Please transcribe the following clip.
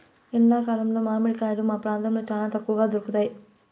ఎండా కాలంలో మామిడి కాయలు మా ప్రాంతంలో చానా తక్కువగా దొరుకుతయ్